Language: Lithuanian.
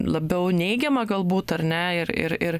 labiau neigiama galbūt ar ne ir ir ir